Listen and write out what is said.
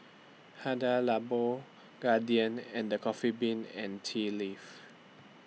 Hada Labo Guardian and The Coffee Bean and Tea Leaf